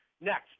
Next